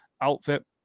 outfit